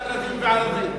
רק חרדים וערבים.